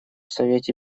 совете